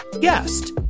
guest